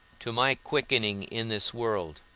to my quickening in this world,